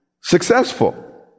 successful